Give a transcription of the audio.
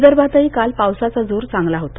विदर्भातही काल पावसाचा जोर चांगला होता